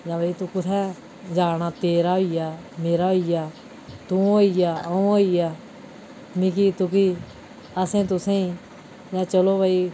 जांभाई तू कुत्थैं जां ना तेरा होई गेआ मेरा होई गेआ तू होई गेआ में होई गेआ मिगी तुकी असैं तुसैं जां चलो भाई